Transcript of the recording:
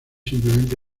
simplemente